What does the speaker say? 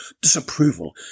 disapproval